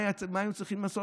מה הם היו צריכים לעשות,